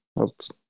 Oops